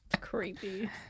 Creepy